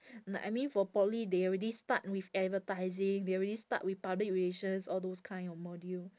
like I mean for poly they already start with advertising they already start with public relations all those kind of module